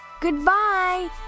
Goodbye